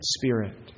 spirit